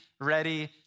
ready